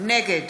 נגד